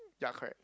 ya correct